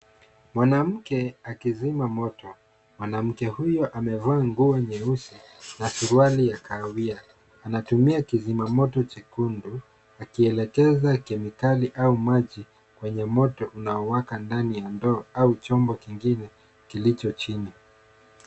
Mwanamke akizima moto, mwanamke huyo amevaa nguo nyeusi na suruali ya kahawia anatumia kizima moto chekundu, akielekeza kemikali au maji kwenye moto unaowaka ndani ya ndoo au chombo kingine kilicho chini.